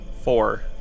Four